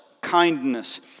kindness